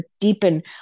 deepen